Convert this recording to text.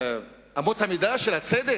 לאמות המידה של הצדק,